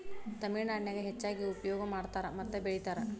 ತಮಿಳನಾಡಿನ್ಯಾಗ ಹೆಚ್ಚಾಗಿ ಉಪಯೋಗ ಮಾಡತಾರ ಮತ್ತ ಬೆಳಿತಾರ